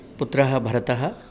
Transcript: पुत्रः भरतः